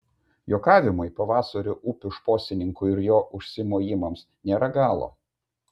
juokavimui pavasario upių šposininkui ir jo užsimojimams nėra galo